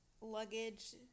luggage